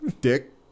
Dick